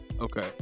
Okay